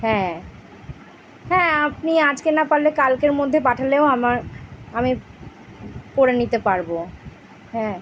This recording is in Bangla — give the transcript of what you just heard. হ্যাঁ হ্যাঁ আপনি আজকে না পারলে কালকের মধ্যে পাঠালেও আমার আমি করে নিতে পারবো হ্যাঁ